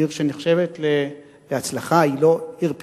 עיר שנחשבת הצלחה, היא לא עיר פיתוח,